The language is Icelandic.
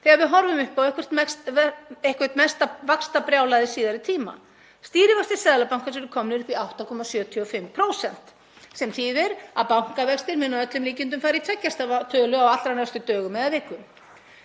þegar við horfum upp á eitthvert mesta vaxtabrjálæði síðari tíma. Stýrivextir Seðlabankans eru komnir upp í 8,75%, sem þýðir að bankavextir munu að öllum líkindum fara í tveggja stafa tölu á allra næstu dögum eða vikum.